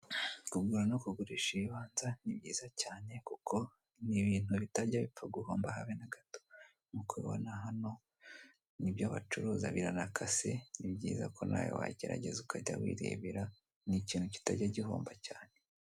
Kugura no kugurisha ibibanza ni byiza cyane kuko ni ibintu bitajya bipfa guhomba habe na gato. Nk'uko ubibona hano, ni byo bacuruza, biranakase, ni byiza ko nawe wagerageza ukajya wirebera, ni ikintu kitajya gihomba cyane.